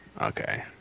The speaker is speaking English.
Okay